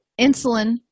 insulin